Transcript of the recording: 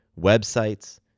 websites